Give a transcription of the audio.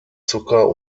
zucker